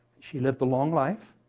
she lived a long life,